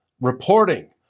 Reporting